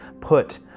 put